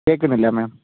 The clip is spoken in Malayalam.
കേൾക്കുന്നില്ലേ മേം